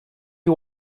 you